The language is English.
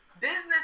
business